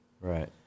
right